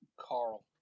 Carl